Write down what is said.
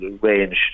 range